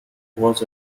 was